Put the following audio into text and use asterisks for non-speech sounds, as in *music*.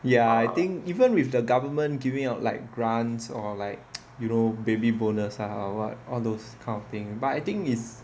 ya I think even with the government giving out like grants or like *noise* you know baby bonus lah or what all those kind of thing but I think is